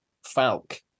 Falk